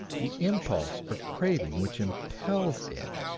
the impulse or craving which impels it,